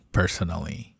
personally